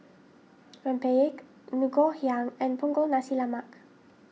Rempeyek Ngoh Hiang and Punggol Nasi Lemak